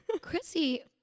Chrissy